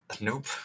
Nope